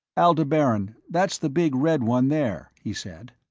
aldebaran that's the big red one there, he said.